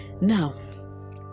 Now